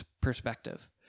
perspective